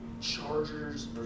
Chargers